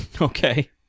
Okay